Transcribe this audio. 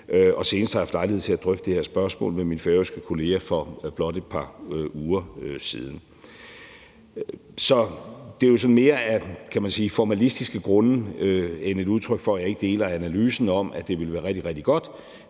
og senest har jeg haft lejlighed til at drøfte det her spørgsmål med min færøske kollega for blot et par uger siden. Så det er jo mere af formalistiske grunde, end det er et udtryk for, at jeg ikke deler analysen om, at det ville være rigtig, rigtig godt,